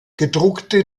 gedruckte